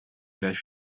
gleich